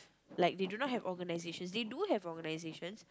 like they do not have organisations they do have organisations